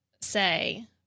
say